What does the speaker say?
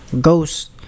Ghost